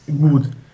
good